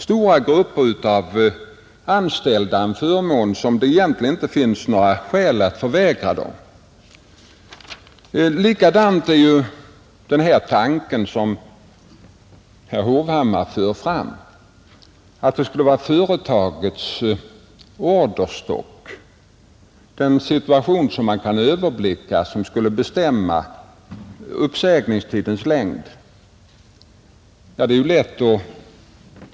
Herr Hovhammar förde fram tanken att det skulle vara företagens orderstock, den situation som man kan överblicka, som skulle bestämma uppsägningstidens längd.